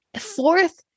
Fourth